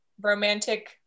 romantic